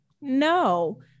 No